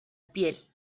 piel